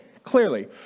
Clearly